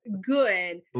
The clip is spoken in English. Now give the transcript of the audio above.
good